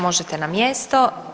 Možete na mjesto.